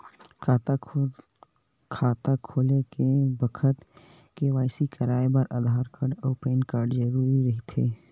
खाता खोले के बखत के.वाइ.सी कराये बर आधार कार्ड अउ पैन कार्ड जरुरी रहिथे